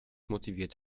motiviert